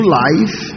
life